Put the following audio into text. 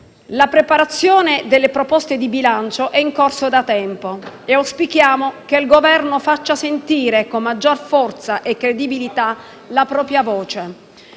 La preparazione delle proposte di bilancio è in corso da tempo e auspichiamo che il Governo faccia sentire con maggior forza e credibilità la propria voce.